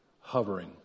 Hovering